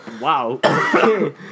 Wow